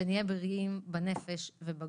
שנהיה בריאים בנפש ובגוף.